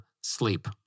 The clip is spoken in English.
sleep